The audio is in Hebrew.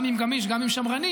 גם אם גמיש וגם אם שמרני,